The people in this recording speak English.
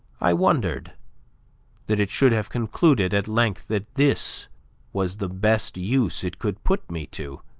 i wondered that it should have concluded at length that this was the best use it could put me to,